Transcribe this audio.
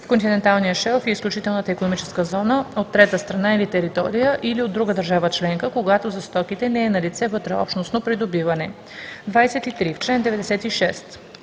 в континенталния шелф и изключителната икономическа зона от трета страна или територия, или от друга държава членка, когато за стоките не е налице вътреобщностно придобиване.“ 23. В чл. 96: